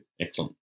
Excellent